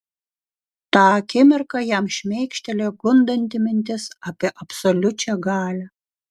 tą akimirką jam šmėkštelėjo gundanti mintis apie absoliučią galią